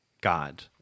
God